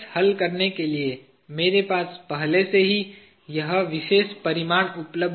हल करने के लिए मेरे पास पहले से ही यह विशेष परिमाण उपलब्ध है